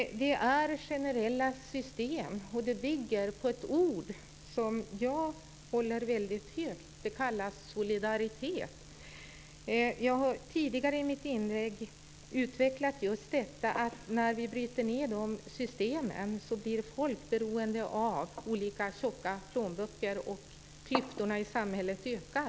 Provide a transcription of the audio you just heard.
Det handlar om generella system och det hela bygger på ett ord som jag håller väldigt högt, nämligen ordet solidaritet. I mitt anförande tidigare utvecklade jag just detta med att folk blir beroende av olika tjocka plånböcker när vi bryter ned systemen. Klyftorna i samhället ökar.